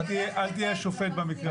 אל תהיה שופט במקרה הזה.